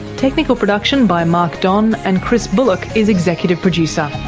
technical production by mark don, and chris bullock is executive producer.